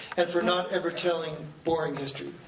and for not ever telling boring history.